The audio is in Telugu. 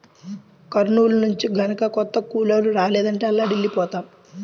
కర్నూలు నుంచి గనక కొత్త కూలోళ్ళు రాలేదంటే అల్లాడిపోతాం